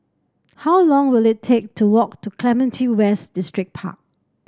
how long will it take to walk to Clementi West Distripark